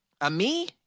A-me